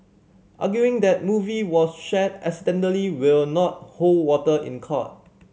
arguing that movie was shared accidentally will not hold water in court